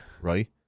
Right